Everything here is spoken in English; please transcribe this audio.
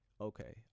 okay